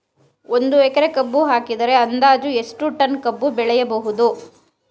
ಒಂದು ಎಕರೆ ಕಬ್ಬು ಹಾಕಿದರೆ ಅಂದಾಜು ಎಷ್ಟು ಟನ್ ಕಬ್ಬು ಬೆಳೆಯಬಹುದು?